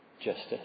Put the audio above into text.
justice